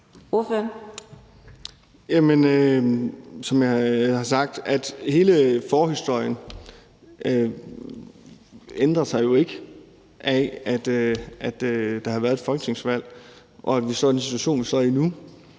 jeg har sagt: Hele forhistorien ændrer sig jo ikke af, at der har været et folketingsvalg, og at vi står i den situation, vi står i nu,